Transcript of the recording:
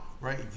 right